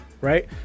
right